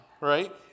right